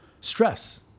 stress